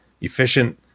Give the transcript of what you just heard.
efficient